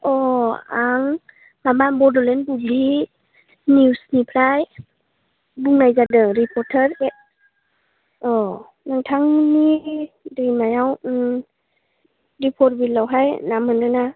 आं माबा बड'लेण्ड बुब्लि निउसनिफ्राय बुंनाय जादों रिपर्थार ए औ नोंथांनि दैमायाव दिफरबिलाव हाय ना मोनोना